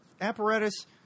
apparatus